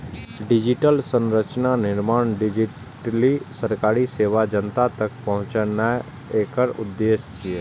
digital संरचनाक निर्माण, digitally सरकारी सेवा जनता तक पहुंचेनाय एकर उद्देश्य छियै